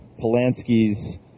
Polanski's